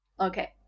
okay